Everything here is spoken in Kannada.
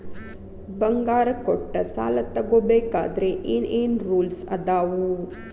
ಬಂಗಾರ ಕೊಟ್ಟ ಸಾಲ ತಗೋಬೇಕಾದ್ರೆ ಏನ್ ಏನ್ ರೂಲ್ಸ್ ಅದಾವು?